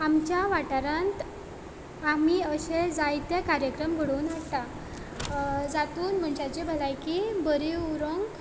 आमच्या वाठारांत आमी अशें जायते कार्यक्रम घडोवन हाडटात जातूंत मनशाची भलायकी बरी उरोंक